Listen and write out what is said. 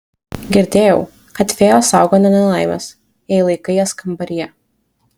girdėjau kad fėjos saugo nuo nelaimės jei laikai jas kambaryje